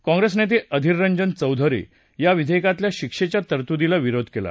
काँप्रेस नेते आधिररंजन चौधरी या विधेयकातल्या शिक्षेच्या तरतुदीला विरोध केला